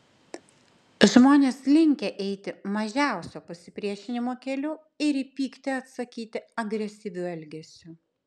žmonės linkę eiti mažiausio pasipriešinimo keliu ir į pyktį atsakyti agresyviu elgesiu